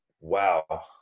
wow